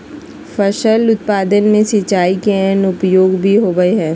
फसल उत्पादन में सिंचाई के अन्य उपयोग भी होबय हइ